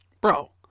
Bro